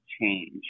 change